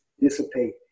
dissipate